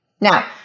Now